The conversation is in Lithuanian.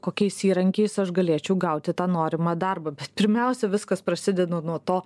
kokiais įrankiais aš galėčiau gauti tą norimą darbą pirmiausia viskas prasideda nuo to